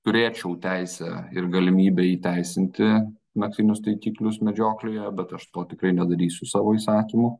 turėčiau teisę ir galimybę įteisinti naktinius taikiklius medžioklėje bet aš to tikrai nedarysiu savo įsakymu